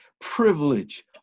privilege